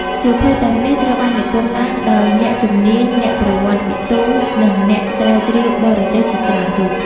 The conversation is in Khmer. សៀវភៅទាំងនេះត្រូវបាននិពន្ធឡើងដោយអ្នកជំនាញ អ្នកប្រវត្តិវិទូ និងអ្នកស្រាវជ្រាវបរទេសជាច្រើនរូប។